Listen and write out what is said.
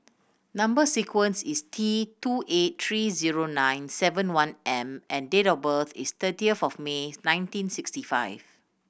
number sequence is T two eight three zero nine seven one M and date of birth is thirtieth of May nineteen sixty five